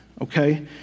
okay